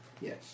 Yes